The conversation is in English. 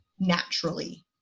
Naturally